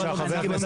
מתחייבים